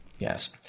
Yes